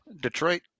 Detroit